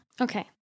Okay